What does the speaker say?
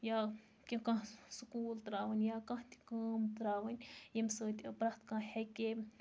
یا کینٛہہ کانٛہہ سُکوٗل تراوٕنۍ یا کانٛہہ تہِ کٲم تراوٕنۍ ییٚمہ سۭتۍ پرٮ۪تھ کانٛہہ ہیٚکہِ ہے